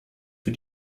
für